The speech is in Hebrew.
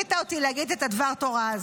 שזיכית אותי להגיד את דבר התורה הזה.